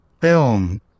film